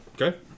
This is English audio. Okay